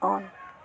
on